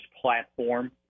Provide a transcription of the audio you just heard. platform